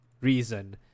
reason